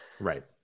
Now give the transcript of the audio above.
Right